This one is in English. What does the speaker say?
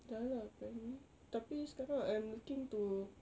dah lah apparently tapi sekarang I'm looking to